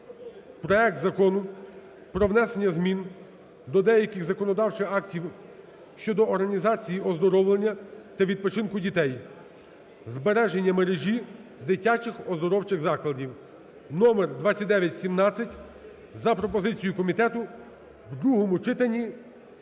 проект Закону про внесення змін до деяких законодавчих актів щодо організації оздоровлення та відпочинку дітей. Збереження мережі дитячих оздоровчих закладів (№ 2917) за пропозицією комітету в другому читанні